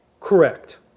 Correct